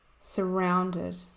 surrounded